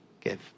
give